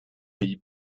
pays